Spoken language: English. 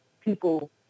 people